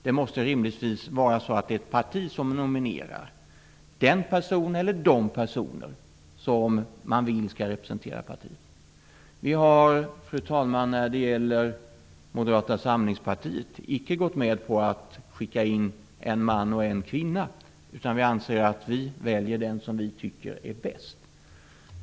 Det måste rimligtvis vara partierna som nominerar den person eller de personer som man vill skall representera partiet. I Moderata samlingspartiet har vi, fru talman, icke gått med på att utse en man och en kvinna. Vi anser att vi väljer den som vi tycker är bäst.